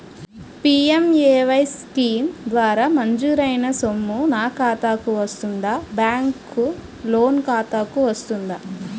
PMAY scheme ద్వారా మంజూరైన సొమ్ము నా ఖాతా కు వస్తుందాబ్యాంకు లోన్ ఖాతాకు వస్తుందా?